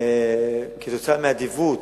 כתוצאה מהאדיבות